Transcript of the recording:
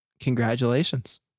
congratulations